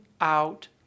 out